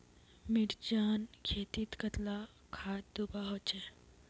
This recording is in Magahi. मिर्चान खेतीत कतला खाद दूबा होचे?